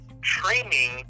training